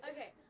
Okay